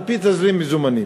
על-פי תזרים מזומנים.